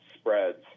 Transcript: spreads